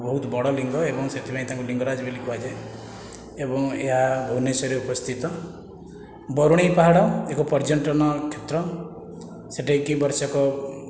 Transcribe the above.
ବହୁତ ବଡ଼ ଲିଙ୍ଗ ଏବଂ ସେଥିପାଇଁ ତାଙ୍କୁ ଲିଙ୍ଗରାଜ ବୋଲି କୁହାଯାଏ ଏବଂ ଏହା ଭୁବନେଶ୍ଵରରେ ଉପସ୍ଥିତ ବରୁଣେଇ ପାହାଡ଼ ଏକ ପର୍ଯ୍ୟଟନ କ୍ଷେତ୍ର ସେହିଠାଇକି ବର୍ଷେକ